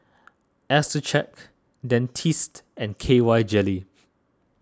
Accucheck Dentiste and K Y Jelly